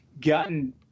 gotten